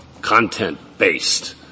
content-based